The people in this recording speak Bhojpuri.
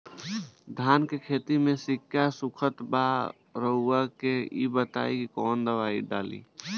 धान के खेती में सिक्का सुखत बा रउआ के ई बताईं कवन दवाइ डालल जाई?